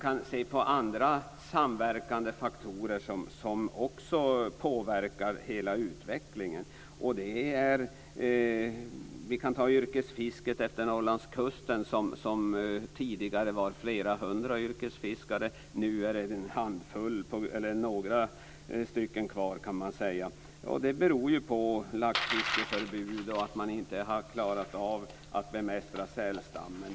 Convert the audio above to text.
Det finns andra samverkande faktorer som också påverkar hela utvecklingen. Vi kan ta yrkesfisket utefter Norrlandskusten. Där fanns tidigare flera hundra yrkesfiskare. Nu är det bara några stycken kvar. Det beror på laxfiskeförbud och att man inte har klarat av att bemästra sälstammen.